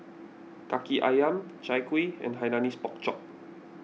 Kaki Ayam Chai Kuih and Hainanese Pork Chop